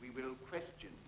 we will christian